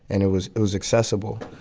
and it was it was accessible.